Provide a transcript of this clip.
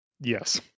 Yes